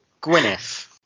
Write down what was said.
Gwyneth